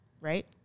Right